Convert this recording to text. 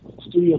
studio